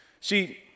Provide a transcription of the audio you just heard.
See